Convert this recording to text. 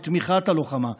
בתמיכת הלוחמה,